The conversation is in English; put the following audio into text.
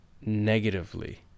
negatively